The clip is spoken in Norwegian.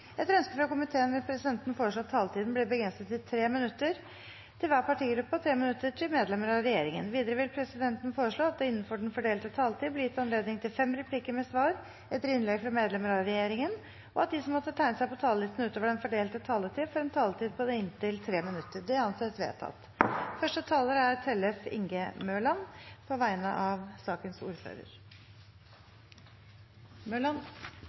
Etter ønske fra helse- og omsorgskomiteen vil presidenten foreslå at taletiden blir begrenset til 3 minutter til hver partigruppe og 3 minutter til medlemmer av regjeringen. Videre vil presidenten foreslå at det – innenfor den fordelte taletid – blir gitt anledning til fem replikker med svar etter innlegg fra medlemmer av regjeringen, og at de som måtte tegne seg på talerlisten utover den fordelte taletid, får en taletid på inntil 3 minutter. – Det anses vedtatt. Siden saksordføreren ikke er